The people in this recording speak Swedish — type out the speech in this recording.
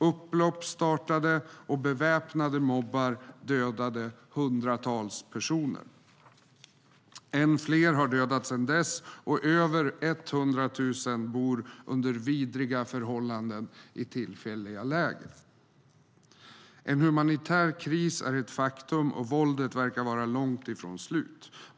Upplopp startade, och beväpnade mobbar dödade hundratals personer. Än fler har dödats sedan dess, och över 100 000 bor under vidriga förhållanden i tillfälliga läger. En humanitär kris är ett faktum, och våldet verkar vara långt ifrån slut.